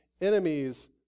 enemies